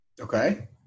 Okay